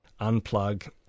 unplug